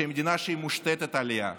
מדינה שהיא מושתתת עלייה.